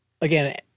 again